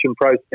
process